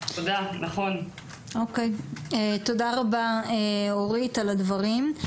תודה רבה אורית על הדברים.